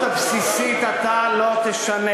אבל את המהות הבסיסית אתה לא תשנה: